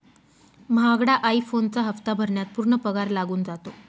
महागडा आई फोनचा हप्ता भरण्यात पूर्ण पगार लागून जातो